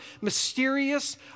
mysterious